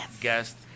guest